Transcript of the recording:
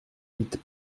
vite